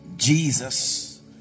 jesus